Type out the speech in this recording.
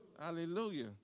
Hallelujah